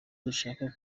dushaka